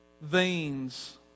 veins